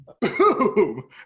Boom